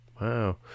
Wow